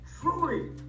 truly